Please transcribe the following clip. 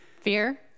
Fear